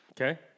Okay